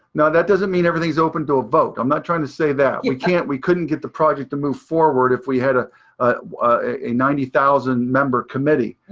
now, that doesn't mean everything's open to a vote. i'm not trying to say that. we can't, we couldn't get the project to move forward if we had ah ah a ninety thousand member committee.